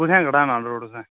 कुत्थें कढ्ढाना रोड़ तुसें